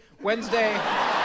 Wednesday